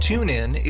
TuneIn